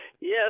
Yes